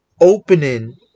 opening